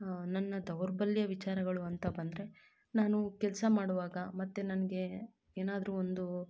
ನನ್ನ ದೌರ್ಬಲ್ಯ ವಿಚಾರಗಳು ಅಂತ ಬಂದರೆ ನಾನು ಕೆಲಸ ಮಾಡುವಾಗ ಮತ್ತು ನನಗೆ ಏನಾದರೂ ಒಂದು